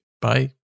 Bye